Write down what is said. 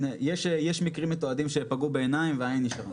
יש מקרים מתועדים שפגעו בעיניים והעין נשארה.